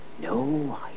No